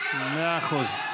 מאה אחוז.